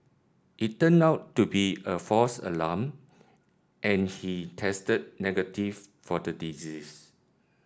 it turned out to be a false alarm and he tested negative for the disease